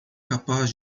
capaz